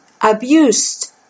abused